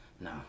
No